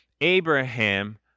Abraham